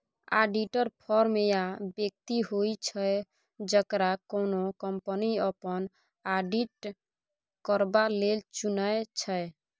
auditor firm या बेकती होइ छै जकरा कोनो कंपनी अपन आडिट करबा लेल चुनै छै